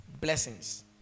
blessings